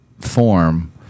form